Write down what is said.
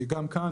גם כאן